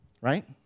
Right